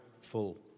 full